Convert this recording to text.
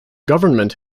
government